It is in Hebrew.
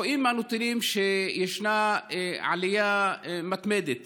רואים מהנתונים שישנה עלייה מתמדת